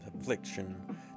affliction